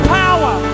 power